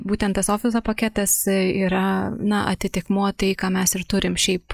būtent tas ofiso paketas yra na atitikmuo tai ką mes ir turim šiaip